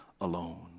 alone